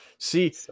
See